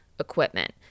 equipment